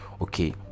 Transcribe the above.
okay